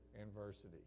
adversity